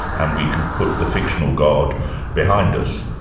and we can put the fictional god behind us.